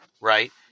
right